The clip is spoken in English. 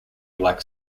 black